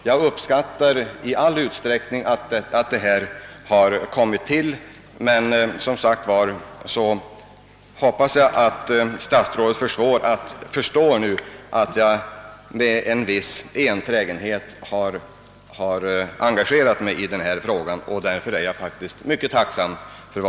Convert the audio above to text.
Jag uppskattar nu naturligtvis de åtgärder som har vidtagits och jag hoppas att statsrådet förstår varför jag med sådan enträgenhet har engagerat mig i denna fråga.